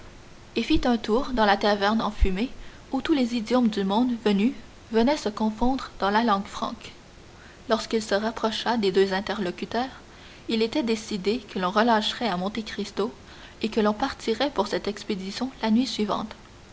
et fit un tour dans la taverne enfumée où tous les idiomes du monde connu venaient se fondre dans la langue franque lorsqu'il se rapprocha des deux interlocuteurs il était décidé que l'on relâcherait à monte cristo et que l'on partirait pour cette expédition dès la nuit suivante